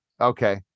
Okay